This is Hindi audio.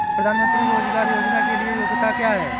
प्रधानमंत्री रोज़गार योजना के लिए योग्यता क्या है?